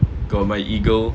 got my eagle